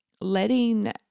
letting